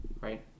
right